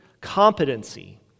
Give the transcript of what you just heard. competency